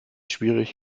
schwierig